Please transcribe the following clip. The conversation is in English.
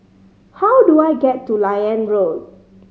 how do I get to Liane Road